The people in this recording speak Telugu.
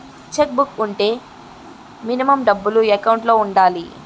చెక్ బుక్ వుంటే మినిమం డబ్బులు ఎకౌంట్ లో ఉండాలి?